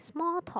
small talk